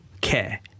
care